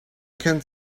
can